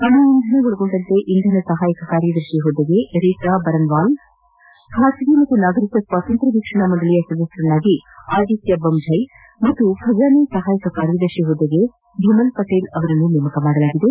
ಅಣು ಇಂಧನ ಒಳಗೊಂಡಂತೆ ಇಂಧನ ಸಹಾಯಕ ಕಾರ್ಯದರ್ಶಿ ಹುದ್ದೆಗೆ ರಿತಾ ಬರನ್ವಾಲ್ ಖಾಸಗಿ ಹಾಗೂ ನಾಗರಿಕ ಸ್ನಾತಂತ್ರ ವೀಕ್ಷಣಾ ಮಂಡಳಿಯ ಸದಸ್ಯರನ್ನಾಗಿ ಆದಿತ್ಯ ಬಮ್ಝ್ವ ಹಾಗೂ ಖಜಾನೆ ಸಹಾಯಕ ಕಾರ್ಯದರ್ಶಿ ಹುದ್ದೆಗೆ ಭಿಮಲ್ ಪಟೇಲ್ ಅವರನ್ನು ನೇಮಕ ಮಾಡಲಾಗಿದೆ